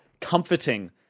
comforting